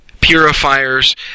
purifiers